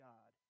God